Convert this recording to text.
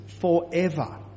forever